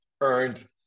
earned